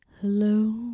Hello